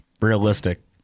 realistic